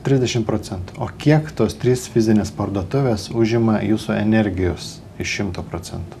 trisdešim procentų o kiek tos trys fizinės parduotuvės užima jūsų energijos iš šimto procentų